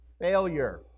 Failure